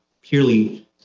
purely